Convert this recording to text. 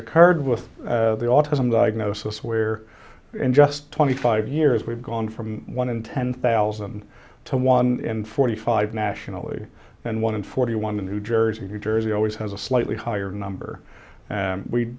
occurred with the autism diagnosis where in just twenty five years we've gone from one in ten thousand to one in forty five nationally and one in forty one in new jersey new jersey always has a slightly higher number